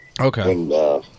Okay